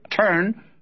turn